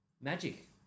magic